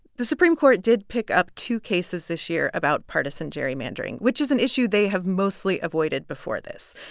the supreme court did pick up two cases this year about partisan gerrymandering, which is an issue they have mostly avoided before this.